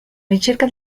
ricerca